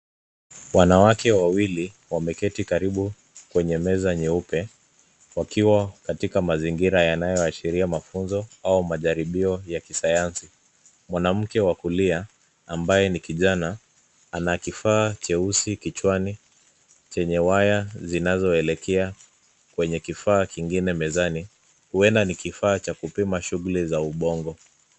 Wanawake wawili wameketi karibu kwenye meza nyeupe wakiwa katika mazingira yanayoashiria mafunzo au majaribio ya kisayansi. Mwanmke wa kulia ambaye ni kijana ana kifaa cheusi kichwani chenye waya zinazoelekea kwenye kifaa kingine mezani. Huenda ni kifaa cha kupima shughuli za ubongo.